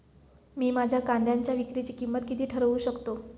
मी माझ्या कांद्यांच्या विक्रीची किंमत किती ठरवू शकतो?